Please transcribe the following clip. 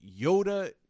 Yoda